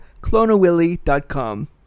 clonawilly.com